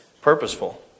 Purposeful